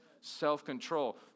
self-control